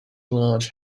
large